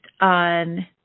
on